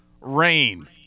rain